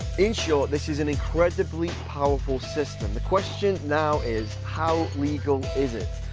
in short, this is an incredibly powerful system. the question now is, how legal is it?